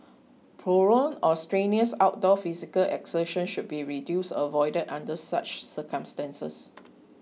prolonged or strenuous outdoor physical exertion should be reduced or avoided under such circumstances